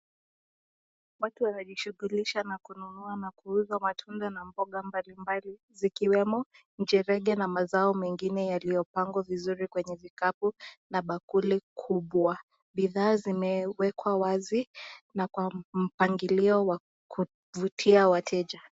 Watu wanajishughulisha na kununua na kuuza matunda na mboga mbalimbali zikiwemo ; michevege na mazao mengine yaliyopangwa vizuri kwa kikapu na bakuli kubwa. Bidhaa zimewekwa wazi na kwa mpangilio wa kuvutia wateja.